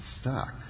stuck